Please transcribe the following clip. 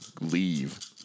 leave